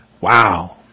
Wow